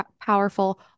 powerful